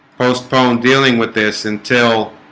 postpone dealing with this until